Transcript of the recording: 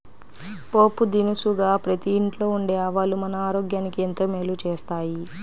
పోపు దినుసుగా ప్రతి ఇంట్లో ఉండే ఆవాలు మన ఆరోగ్యానికి ఎంతో మేలు చేస్తాయి